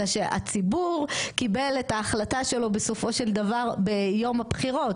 אלא שהציבור קיבל את ההחלטה שלו בסופו של דבר ביום הבחירות,